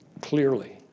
clearly